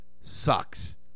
sucks